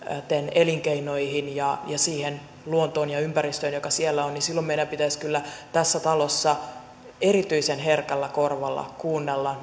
elinkeinoihin ja siihen luontoon ja ympäristöön joka siellä on niin silloin meidän pitäisi kyllä tässä talossa erityisen herkällä korvalla kuunnella